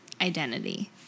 identity